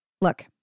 Look